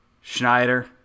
Schneider